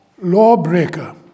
lawbreaker